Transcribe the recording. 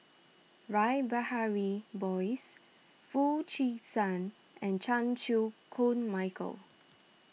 Rash Behari Bose Foo Chee San and Chan Chew Koon Michael